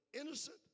innocent